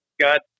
God